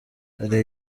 hari